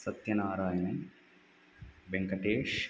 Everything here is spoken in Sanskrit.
सत्यनारायणः व्यङ्कटेशः